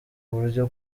uburyo